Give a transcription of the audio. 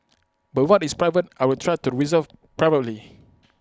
but what is private I will try to resolve privately